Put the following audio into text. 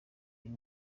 uyu